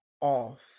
off